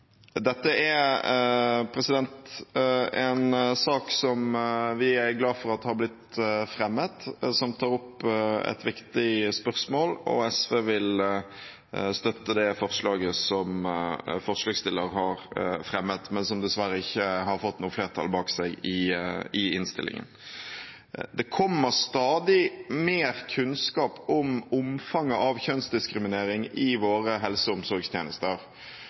vi er glad for har blitt fremmet, som tar opp et viktig spørsmål. SV vil støtte det forslaget som forslagsstillerne har fremmet, men som dessverre ikke har fått noe flertall bak seg i innstillingen. Det kommer stadig mer kunnskap om omfanget av kjønnsdiskriminering i våre helse- og omsorgstjenester.